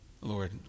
Lord